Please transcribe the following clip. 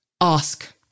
ask